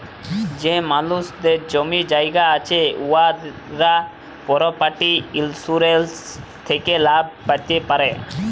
যে মালুসদের জমি জায়গা আছে উয়ারা পরপার্টি ইলসুরেলস থ্যাকে লাভ প্যাতে পারে